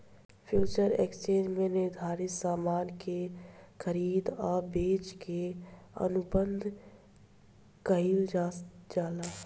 future exchange में निर्धारित सामान के खरीदे आ बेचे के अनुबंध कईल जाला